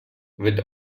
with